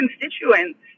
constituents